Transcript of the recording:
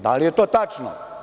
Da li je to tačno?